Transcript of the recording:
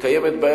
קיימת בעיה,